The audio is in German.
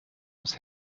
aus